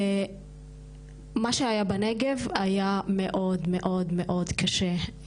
מה שהיה בנגב היה מאוד מאוד קשה,